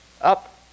up